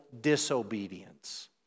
disobedience